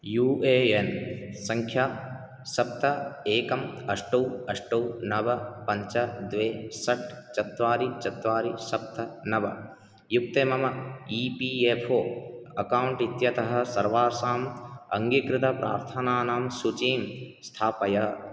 you A N सङ्ख्या सप्त एकम् अष्टौ अष्टौ नव पञ्च द्वे षट् चत्वारि चत्वारि सप्त नव युक्ते मम E P F O account इत्यतः सर्वासां अङ्गीकृतप्रार्थनानां सूचीं स्थापय